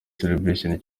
celebration